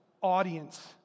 audience